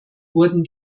wurden